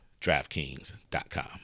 DraftKings.com